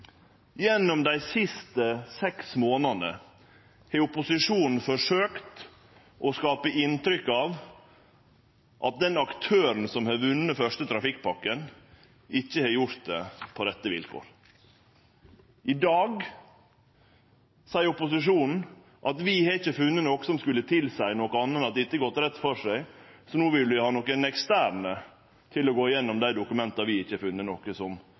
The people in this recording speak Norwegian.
Gjennom dei siste seks månadane har opposisjonen forsøkt å skape inntrykk av at den aktøren som har vunne den fyrste trafikkpakken, ikkje har gjort det på rette vilkår. I dag seier opposisjonen at dei ikkje har funne noko som skulle tilseie noko anna enn at dette har gått rett føre seg, så no vil dei ha nokon eksterne til å gå gjennom dei dokumenta dei ikkje har funne noko som